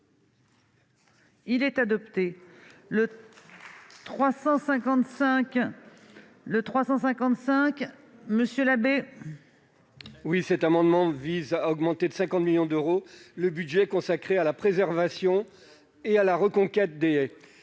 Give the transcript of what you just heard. est à M. Joël Labbé. Cet amendement vise à augmenter de 50 millions d'euros le budget consacré à la préservation et à la reconquête des haies.